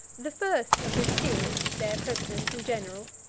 the first of his peers, their president and general,